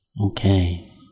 Okay